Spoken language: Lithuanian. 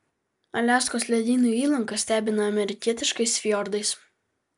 aliaskos ledynų įlanka stebina amerikietiškais fjordais